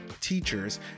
teachers